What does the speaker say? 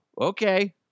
Okay